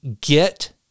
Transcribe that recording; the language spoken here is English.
get